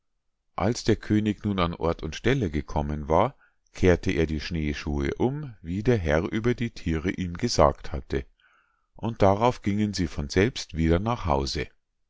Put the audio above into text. als der könig nun an ort und stelle gekommen war kehrte er die schneeschuhe um wie der herr über die thiere ihm gesagt hatte und darauf gingen sie von selbst wieder nach hause